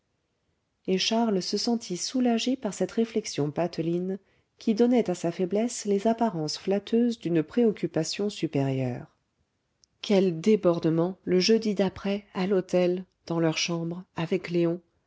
et charles se sentit soulagé par cette réflexion pateline qui donnait à sa faiblesse les apparences flatteuses d'une préoccupation supérieure quel débordement le jeudi d'après à l'hôtel dans leur chambre avec léon